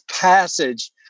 passage